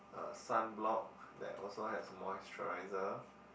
a sunblock that also has moisturizer